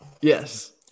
Yes